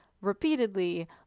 repeatedly